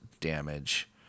damage